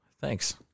Thanks